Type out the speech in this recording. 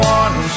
one